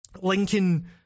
lincoln